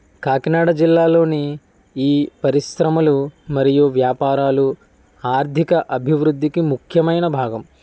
కాకినాడ జిల్లాలోని ఈ పరిశ్రమలు మరియు వ్యాపారాలు ఆర్థిక అభివృద్ధికి ముఖ్యమైన భాగం